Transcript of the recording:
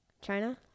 China